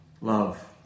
love